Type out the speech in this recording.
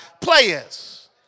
Players